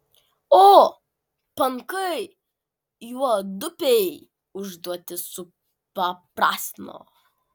o pankai juodupei užduotį supaprastino